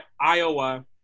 Iowa